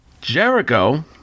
Jericho